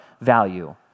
value